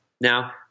Now